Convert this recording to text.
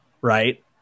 right